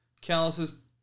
calluses